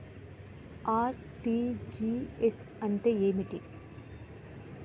RTGS అంటే ఏమిటి?